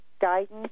guidance